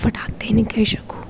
એ ફટાક દઈને કહી શકું